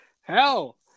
hell